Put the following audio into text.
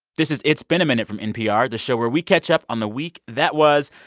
this is it's been a minute from npr, the show where we catch up on the week that was.